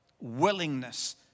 willingness